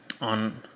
on